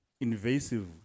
invasive